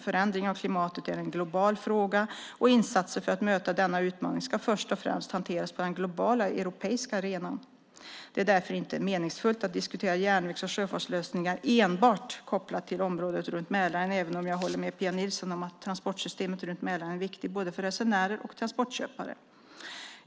Förändring av klimatet är en global fråga. Insatser för att möta denna utmaning ska först och främst hanteras på den globala och europeiska arenan. Det är därför inte meningsfullt att diskutera järnvägs eller sjöfartslösningar enbart kopplade till området runt Mälaren, även om jag håller med Pia Nilsson om att transportsystemet runt Mälaren är viktigt för både resenärer och transportköpare.